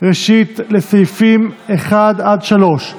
של חברי הכנסת מאיר פרוש,